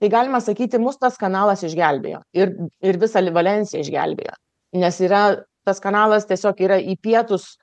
tai galima sakyti mus tas kanalas išgelbėjo ir ir visą valensiją išgelbėjo nes yra tas kanalas tiesiog yra į pietus